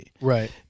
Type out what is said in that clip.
Right